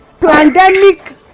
pandemic